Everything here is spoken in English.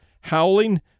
howling